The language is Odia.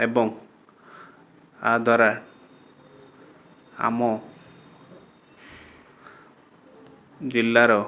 ଏବଂ ଆ ଦ୍ଵାରା ଆମ ଜିଲ୍ଲାର